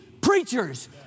preachers